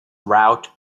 route